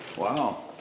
Wow